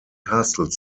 castle